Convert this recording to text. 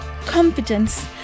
confidence